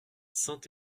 saint